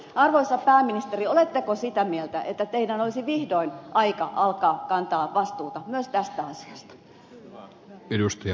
arvoisa pääministeri oletteko sitä mieltä että teidän olisi vihdoin aika alkaa kantaa vastuuta myös tästä asiasta